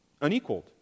unequaled